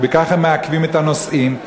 ובכך הם מעכבים את הנוסעים,